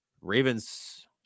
Ravens